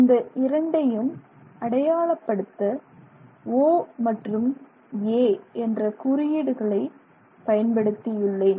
இந்த இரண்டையும் அடையாளப்படுத்த O மற்றும் A என்ற குறியீடுகளை பயன்படுத்தியுள்ளேன்